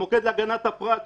המוקד להגנת הפרט,